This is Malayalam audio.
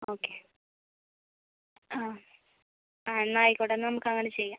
ഓക്കെ ആ ആ എന്നാൽ ആയിക്കോട്ടെ എന്നാൽ നമുക്ക് അങ്ങനെ ചെയ്യാം